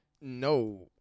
No